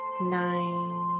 nine